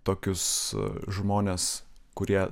tokius žmones kurie